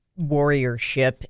warriorship